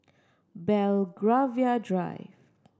Belgravia Drive